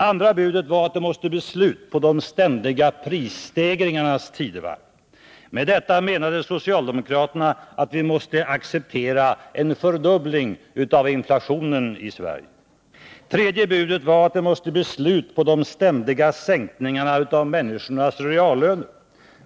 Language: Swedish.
Andra budet var att det måste bli slut på de ständiga prisstegringarnas tidevarv. Med detta menade socialdemokraterna att vi måste acceptera en fördubbling av inflationen i Sverige. Tredje budet var att det måste bli slut på de ständiga sänkningarna av människornas reallöner.